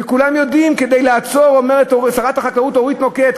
שכולם יודעים: "כדי לעצור" אומרת שרת החקלאות אורית נוקד,